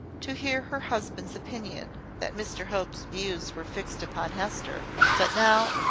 to hear her husband's opinion that mr hope's views were fixed upon hester but now.